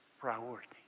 priority